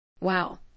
Wow